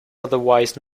otherwise